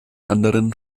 anderen